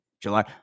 July